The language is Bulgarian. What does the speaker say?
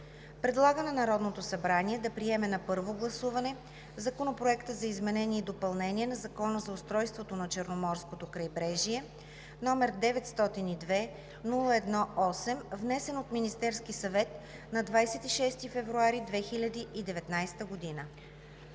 Предлага на Народното събрание да приеме на първо гласуване Законопроект за изменение и допълнение на Закона за устройството на Черноморското крайбрежие, № 902-01-8, внесен от Министерския съвет на 26 февруари 2019 г.“